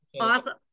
Awesome